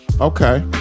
Okay